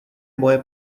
moje